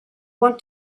want